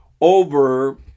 over